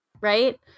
right